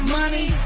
money